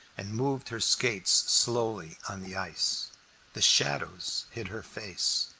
and moved her skates slowly on the ice the shadows hid her face.